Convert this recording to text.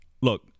Look